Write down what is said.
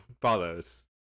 follows